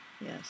yes